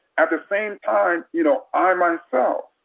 at the same time, you know i myself,